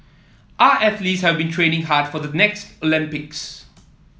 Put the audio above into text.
our athletes have been training hard for the next Olympics